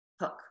hook